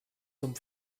zum